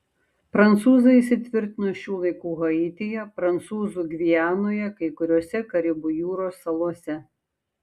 prancūzai įsitvirtino šių laikų haityje prancūzų gvianoje kai kuriose karibų jūros salose